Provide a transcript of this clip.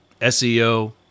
SEO